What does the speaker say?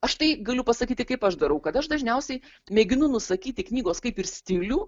aš tai galiu pasakyti kaip aš darau kad aš dažniausiai mėginu nusakyti knygos kaip ir stilių